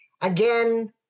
Again